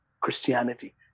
Christianity